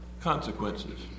consequences